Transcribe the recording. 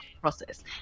process